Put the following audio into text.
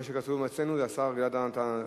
מה שכתוב אצלנו זה השר גלעד ארדן.